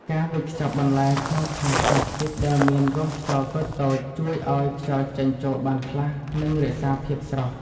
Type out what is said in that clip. ការវេចខ្ចប់បន្លែក្នុងថង់ប្លាស្ទិកដែលមានរន្ធខ្យល់តូចៗជួយឱ្យខ្យល់ចេញចូលបានខ្លះ និងរក្សាភាពស្រស់។